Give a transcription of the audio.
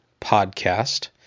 Podcast